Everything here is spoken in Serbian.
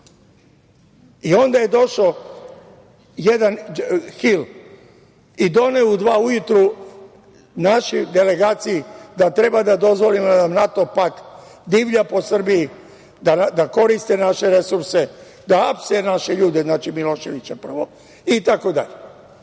i onda je došao jedan Hil i doneo u dva sata ujutru našoj delegaciji da treba da dozvolimo da NATO pakt divlja po Srbiji, da koriste naše resurse, da hapse naše ljude, znači Miloševića prvo, itd. To